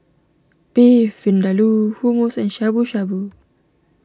Beef Vindaloo Hummus and Shabu Shabu